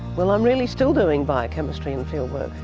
well, i'm really still doing biochemistry and fieldwork.